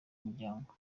muryango